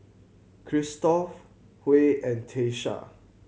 Christop Huey and Tiesha